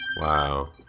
Wow